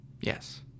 Yes